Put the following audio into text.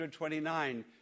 129